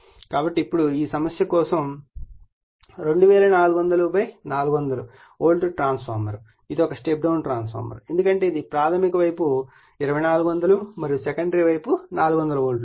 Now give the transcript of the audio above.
కాబట్టి ఇప్పుడు ఈ సమస్య కోసం 2400400 వోల్ట్ ట్రాన్స్ఫార్మర్ ఇది ఒక స్టెప్ డౌన్ ట్రాన్స్ఫార్మర్ ఎందుకంటే ఇది ప్రాధమిక వైపు 2400 మరియు సెకండరీ వైపు 400 వోల్ట్లు ఉంది